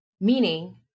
meaning